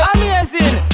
Amazing